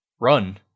run